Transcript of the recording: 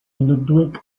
ludwig